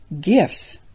gifts